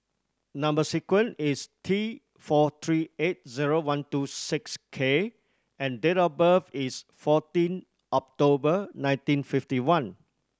number sequence is T four three eight zero one two six K and date of birth is fourteen October nineteen fifty one